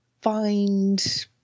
find